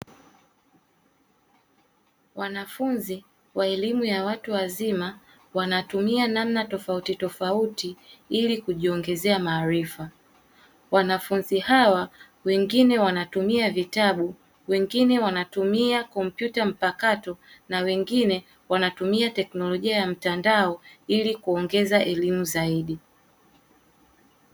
Wanafunzi wa elimu ya watu wazima, wanatumia namna tofauti tofauti ili kujiongezea maarifa. Wanafunzi hawa wengine wanatumia vitabu, wengine wanatumia kompyuta mpakato na wengine wanatumia teknolojia ya mtandao ili kuongeza elimu zaidi.